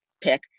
pick